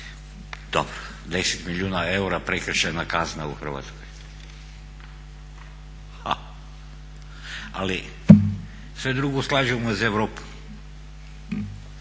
Dobro, 10 milijuna eura prekršajna kazna u Hrvatskoj. Ha. Ali sve drugo slažemo uz Europu.